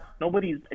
nobody's